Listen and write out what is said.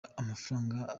amafaranga